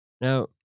Now